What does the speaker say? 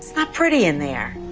not pretty in there